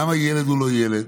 למה ילד הוא לא ילד?